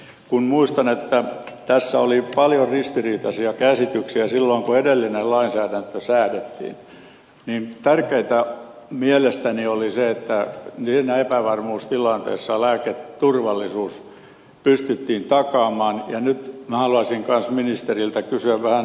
kun muistan että tässä oli paljon ristiriitaisia käsityksiä silloin kun edellinen lainsäädäntö säädettiin niin tärkeintä mielestäni oli se että niissä epävarmuustilanteissa lääketurvallisuus pystyttiin takaamaan ja nyt minä haluaisin kanssa ministeriltä kysyä vähän ed